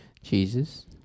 Jesus